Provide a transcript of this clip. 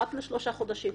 אחת לשלושה חודשים?